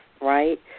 right